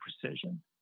precision